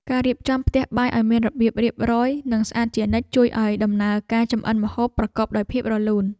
ការរៀបចំផ្ទះបាយឱ្យមានរបៀបរៀបរយនិងស្អាតជានិច្ច ជួយឱ្យដំណើរការចម្អិនម្ហូបប្រកបដោយភាពរលូន។